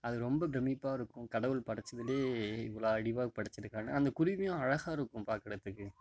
அது ரொம்ப பிரமிப்பாக இருக்கும் கடவுள் படச்சதுலையே இவ்வளோ அறிவாக படச்சிருக்கான்னு அந்த குருவியும் அழகாக இருக்கும் பார்க்குறத்துக்கு